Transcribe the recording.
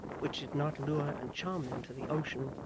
which did not lure and charm them to the ocean,